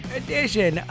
edition